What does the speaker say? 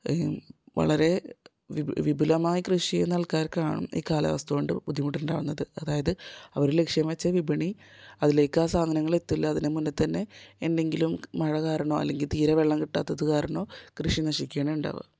വളരെ വിപുലമായി കൃഷി ചെയ്യുന്ന ആൾക്കാർക്കാണ് ഈ കാലാവസ്ഥ കൊണ്ട് ബുദ്ധിമുട്ടുണ്ടാകുന്നത് അതായത് അവർ ലക്ഷ്യം വച്ച വിപണി അതിലേക്ക് ആ സാധനങ്ങൾ എത്തൂല അതിന് മുന്നേ തന്നെ എന്തെങ്കിലും മഴ കാരണോ അല്ലെങ്കിൽ തീരെ വെള്ളം കിട്ടാത്തത് കാരണമോ കൃഷി നശിക്കുകയാണ് ഉണ്ടാവുക